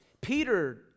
Peter